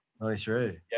93